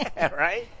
Right